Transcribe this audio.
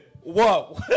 Whoa